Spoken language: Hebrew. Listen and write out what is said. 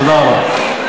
תודה רבה.